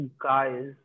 guys